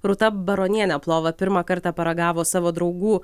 rūta baronienė plovą pirmą kartą paragavo savo draugų